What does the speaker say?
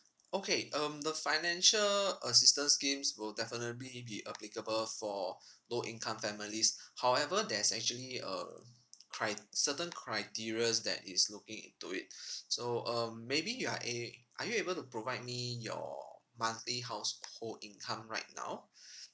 okay um the financial assistance schemes will definitely be applicable for low income families however there's actually uh cri~ certain criterias that is looking into it so um maybe you are a~ are you able to provide me your monthly household income right now